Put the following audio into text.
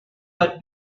are